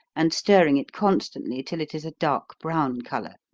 and stirring it constantly till it is a dark brown color,